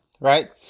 right